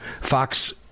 Fox